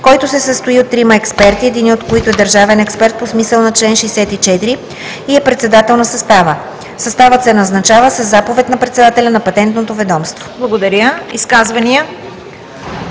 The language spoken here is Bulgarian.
който се състои от трима експерти, единият от които е държавен експерт по смисъла на чл. 64 и е председател на състава. Съставът се назначава със заповед на председателя на Патентното ведомство.“ ПРЕДСЕДАТЕЛ